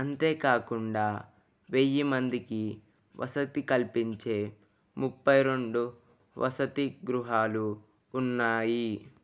అంతేకాకుండా వెయ్యి మందికి వసతి కల్పించే ముప్పై రెండు వసతి గృహాలు ఉన్నాయి